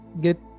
get